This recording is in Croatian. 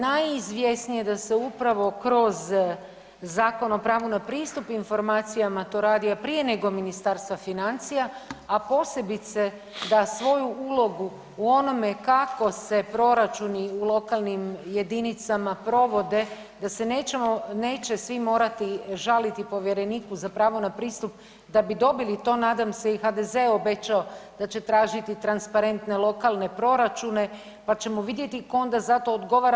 Pa budući da je najizvjesnije da se upravo kroz Zakon o pravu na pristup informacijama to radi a prije nego Ministarstva financija, a posebice da svoju ulogu u onome kako se proračuni u lokalnim jedinicama provode da se neće svi morati žaliti povjereniku za pravo na pristup da bi dobili to nadam se i HDZ-e obećao da će tražiti transparentne lokalne proračune, pa ćemo vidjeti tko onda za to odgovara.